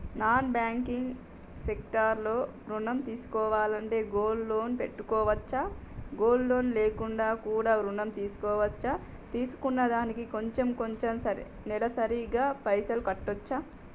Non banking sector లో ఋణం తీసుకోవాలంటే గోల్డ్ లోన్ పెట్టుకోవచ్చా? గోల్డ్ లోన్ లేకుండా కూడా ఋణం తీసుకోవచ్చా? తీసుకున్న దానికి కొంచెం కొంచెం నెలసరి గా పైసలు కట్టొచ్చా?